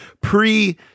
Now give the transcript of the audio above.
pre